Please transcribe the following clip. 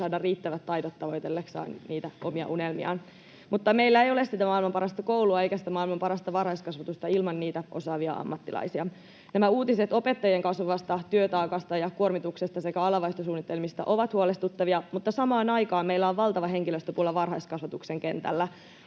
saada riittävät taidot tavoitellessaan niitä omia unelmiaan. Mutta meillä ei ole sitä maailman parasta koulua eikä sitä maailman parasta varhaiskasvatusta ilman niitä osaavia ammattilaisia. Nämä uutiset opettajien kasvavasta työtaakasta ja kuormituksesta sekä alanvaihtosuunnitelmista ovat huolestuttavia, mutta samaan aikaan meillä on valtava henkilöstöpula varhaiskasvatuksen kentällä.